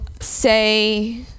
say